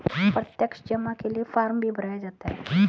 प्रत्यक्ष जमा के लिये फ़ार्म भी भराया जाता है